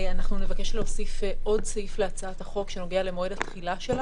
אנחנו נבקש להוסיף עוד סעיף להצעת החוק שנוגע למועד התחילה שלה.